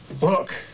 Look